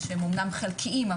שהם אומנם חלקיים,